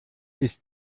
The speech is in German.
ist